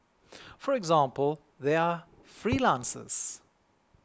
for example they are freelancers